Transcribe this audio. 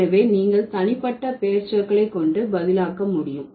எனவே நீங்கள் தனிப்பட்ட பெயர்ச்சொற்களை கொண்டு பதிலாக்க முடியும்